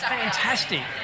fantastic